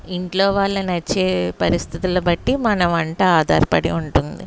ఇంట్లో వాళ్ళ నచ్చే పరిస్థితులను బట్టి మన వంట ఆధారపడి ఉంటుంది